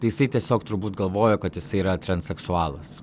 jisai tiesiog turbūt galvojo kad jisai yra transseksualas